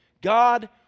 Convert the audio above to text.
God